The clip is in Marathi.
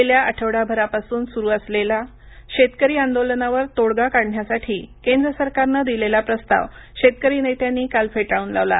गेल्या आठवडाभरापासून सुरू असलेल्या शेतकरी आंदोलनावर तोडगा काढण्यासाठी केंद्र सरकारनं दिलेला प्रस्ताव शेतकरी नेत्यांनी काल फेटाळून लावला